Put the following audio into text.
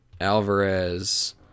Alvarez